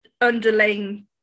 underlying